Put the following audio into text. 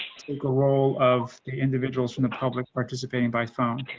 take a role of the individuals from the public participating by phone.